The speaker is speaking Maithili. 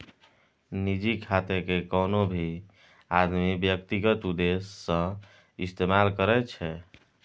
निजी खातेकेँ कोनो भी आदमी व्यक्तिगत उद्देश्य सँ इस्तेमाल करैत छै